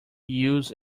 used